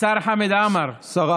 השר חמד עמאר.